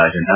Rajanna